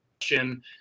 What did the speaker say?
question